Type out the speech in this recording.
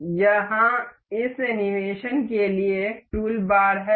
तो यहाँ इस एनीमेशन के लिए टूलबार है